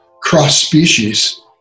cross-species